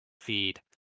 feed